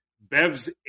Bev's